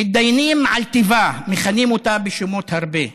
"מתדיינים על טיבה, מכנים אותה בשמות הרבה.